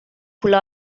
پول